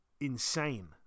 insane